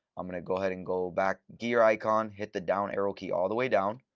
i'm going to go ahead and go back gear icon, hit the down arrow key all the way down,